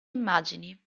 immagini